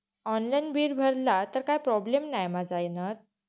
Online bill भरला तर काय प्रोब्लेम नाय मा जाईनत?